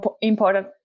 important